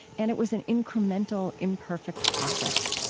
and it was an incremental, imperfect process.